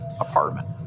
apartment